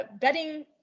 betting